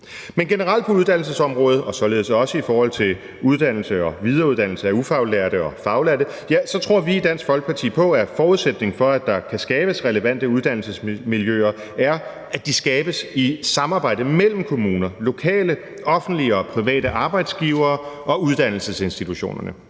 Men generelt på uddannelsesområdet og således også i forhold til uddannelse og videreuddannelse af ufaglærte og faglærte tror vi i Dansk Folkeparti på, at forudsætningen for, at der kan skabes relevante uddannelsesmiljøer, er, at de skabes i et samarbejde mellem kommuner, lokale offentlige og private arbejdsgivere og uddannelsesinstitutionerne.